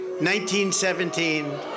1917